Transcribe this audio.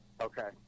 Okay